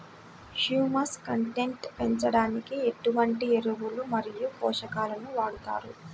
Humus content పెంచడానికి ఎటువంటి ఎరువులు మరియు పోషకాలను వాడతారు?